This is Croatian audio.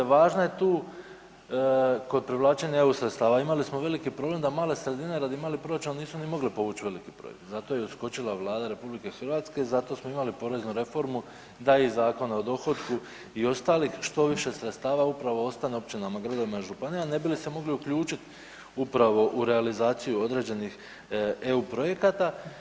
Važno je tu kod privlačenja eu sredstava, imali smo veliki problem da male sredine radi malih proračuna nisu ni mogle povući veliki projekt, zato je uskočila Vlada RH zato smo imali poreznu reformu da iz Zakona o dohotku i ostalih što više sredstava upravo ostane uopće na marginama županijama ne bi li se mogli uključit upravo u realizaciju određenih eu projekata.